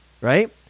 right